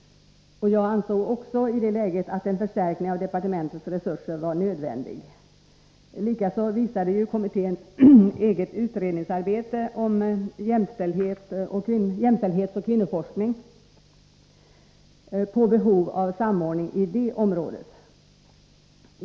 Jag ansåg också i det läget att en förstärkning av departementets resurser var nödvändig. Likaså visade ju kommitténs eget utredningsarbete om jämställdhetsoch kvinnoforskning på behov av samordning på detta område.